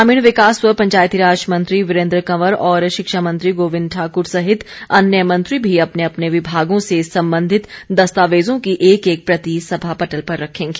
ग्रामीण विकास व पंचायतीराज मंत्री वीरेंद्र कंवर और शिक्षा मंत्री गोविंद ठाकुर सहित अन्य मंत्री भी अपने अपने विभागों से संबंधित दस्तावेजों की एक एक प्रति सभा पटल पर रखेंगे